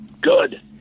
Good